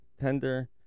tender